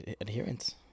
adherence